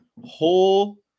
whole